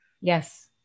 Yes